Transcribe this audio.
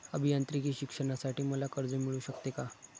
अभियांत्रिकी शिक्षणासाठी मला कर्ज मिळू शकते का?